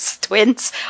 twins